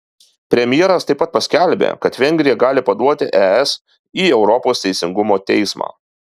premjeras taip pat paskelbė kad vengrija gali paduoti es į europos teisingumo teismą